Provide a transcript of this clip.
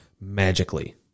magically